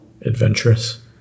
adventurous